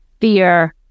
fear